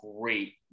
great